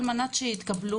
על מנת שהתקבלו,